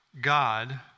God